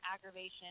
aggravation